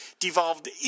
devolved